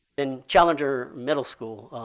and challenger middle school.